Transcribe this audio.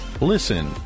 Listen